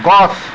গছ